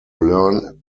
learn